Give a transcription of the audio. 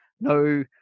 no